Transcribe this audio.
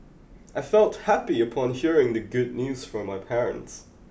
I felt happy upon hearing the good news from my parents